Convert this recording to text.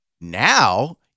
Now